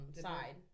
side